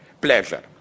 pleasure